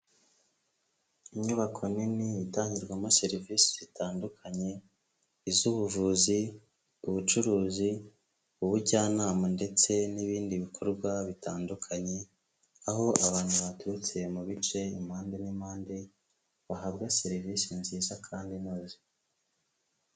Inyubako nini itangirwamo serivisi zitandukanye iz'ubuvuzi, ubucuruzi, ubujyanama, ndetse n'ibindi bikorwa bitandukanye aho abantu baturutse mu bice impande n'ipande bahabwa serivisi nziza kandi inoze.